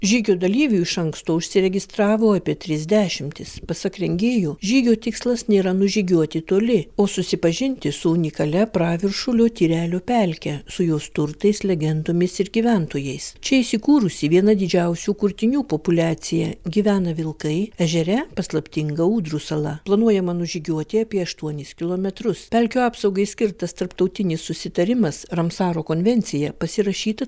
žygių dalyvių iš anksto užsiregistravo apie tris dešimtis pasak rengėjų žygio tikslas nėra nužygiuoti toli o susipažinti su unikalia praviršulio tyrelio pelke su jos turtais legendomis ir gyventojais čia įsikūrusi viena didžiausių kurtinių populiacija gyvena vilkai ežere paslaptinga ūdrų sala planuojama nužygiuoti apie aštuonis kilometrus pelkių apsaugai skirtas tarptautinis susitarimas ramsaro konvencija pasirašyta